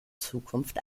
zukunft